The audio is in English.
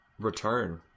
return